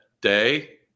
day